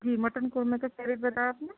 جی mutton korma کا کیا rate بتایا آپ نے